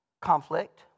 Conflict